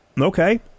okay